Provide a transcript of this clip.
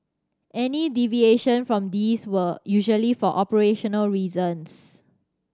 any deviation from these were usually for operational reasons